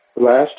last